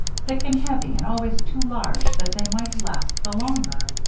thick and heavy and always too large that they might last the longer.